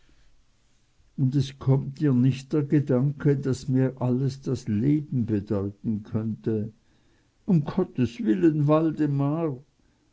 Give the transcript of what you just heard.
und es kommt dir nicht der gedanke daß mir dies alles das leben bedeuten könnte um gottes willen waldemar